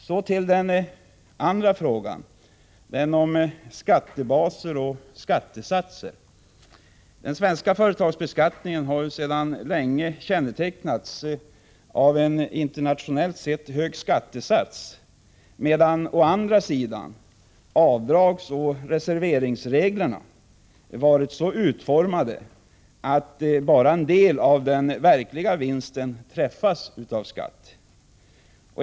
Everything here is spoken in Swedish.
Så till den andra frågan, den om skattesatser. Den svenska företagsbeskattningen har sedan länge kännetecknats av en internationellt sett hög skattesats, medan å andra sidan avdragsoch reserveringsreglerna varit så utformade att bara en del av den verkliga vinsten träffats av skatt.